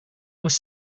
was